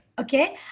Okay